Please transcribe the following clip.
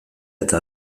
eta